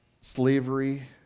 slavery